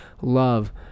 love